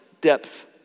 depth